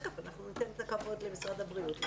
אנחנו ניתן את הכבוד קודם למשרד הבריאות.